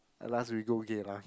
at last we go Geylang